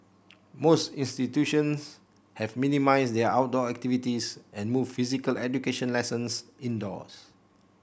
most institutions have minimised their outdoor activities and moved physical education lessons indoors